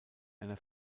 einer